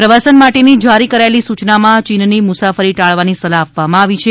પ્રવાસન માટેની જારી કરાયેલી સૂચનામાં ચીનની મુસાફરી ટાળવાની સલાહ આપવામાં આવી છે